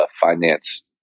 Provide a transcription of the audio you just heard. finance